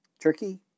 Turkey